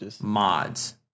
mods